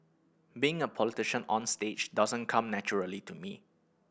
being a politician onstage doesn't come naturally to me